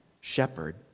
shepherd